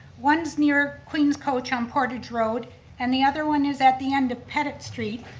one's near queen's coach on portage road and the other one is at the end pettit street.